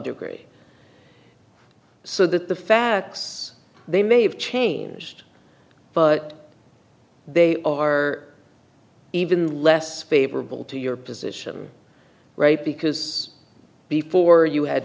degree so that the facts they may have changed but they are even less favorable to your position right because before you had